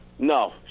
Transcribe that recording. No